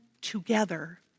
together